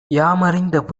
யாமறிந்த